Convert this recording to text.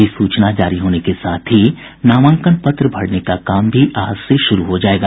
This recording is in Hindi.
अधिसूचना जारी होने के साथ ही नामांकन पत्र भरने का काम भी आज से शुरू हो जायेगा